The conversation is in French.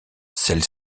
celles